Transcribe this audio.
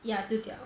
ya 丢掉